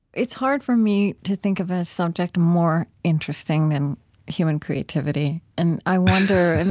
it's hard for me to think of a subject more interesting than human creativity and i wonder, and